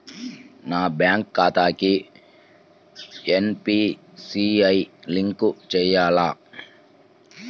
నా బ్యాంక్ ఖాతాకి NPCI link చేయాలా?